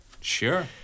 Sure